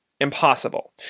impossible